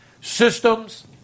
systems